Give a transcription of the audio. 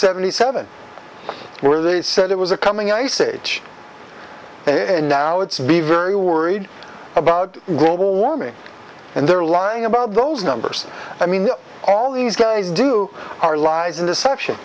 seventy seven where they said it was a coming ice age and now it's be very worried about global warming and they're lying about those numbers i mean all these guys do are lies and deception